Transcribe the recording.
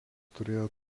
turėjo